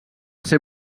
ser